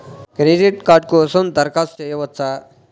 Credit card కోసం దరఖాస్తు చేయవచ్చా?